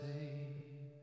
Say